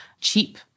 cheap